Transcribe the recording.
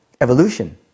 evolution